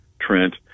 Trent